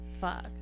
fuck